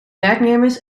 werknemers